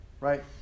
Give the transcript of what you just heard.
right